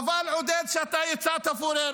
חבל שיצאת, עודד פורר.